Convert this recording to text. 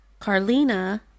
Carlina